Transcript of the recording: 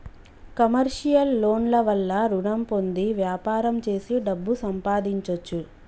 commercial loan ల వల్ల రుణం పొంది వ్యాపారం చేసి డబ్బు సంపాదించొచ్చు